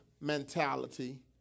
mentality